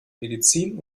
medizin